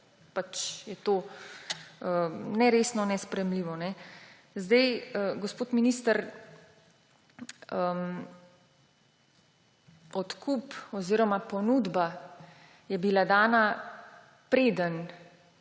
da je to neresno, nesprejemljivo. Gospod minister, odkup oziroma ponudba je bila dana, preden